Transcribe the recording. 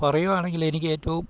പറയുകയാണെങ്കിൽ എനിക്ക് ഏറ്റവും